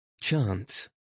chance